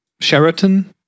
Sheraton